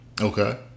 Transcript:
Okay